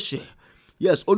Yes